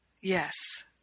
Yes